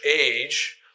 age